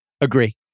Agree